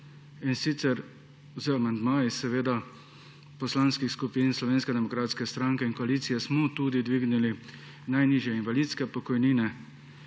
leta. Z amandmaji poslanskih skupin Slovenske demokratske stranke in koalicije smo tudi dvignili najnižje invalidske pokojnine.